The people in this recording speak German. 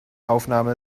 aufnahme